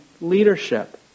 leadership